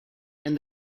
and